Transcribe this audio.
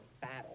battle